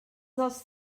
dels